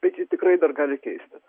bet ji tikrai dar gali keistis